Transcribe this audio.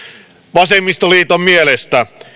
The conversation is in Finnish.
vasemmistoliiton mielestä